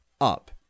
up